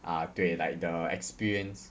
ah 对 like the experience